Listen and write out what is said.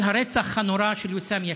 את הסרטון של הרצח הנורא של ויסאם יאסין,